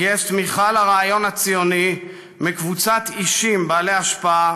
גייס תמיכה לרעיון הציוני מקבוצת אישים בעלי השפעה